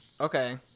Okay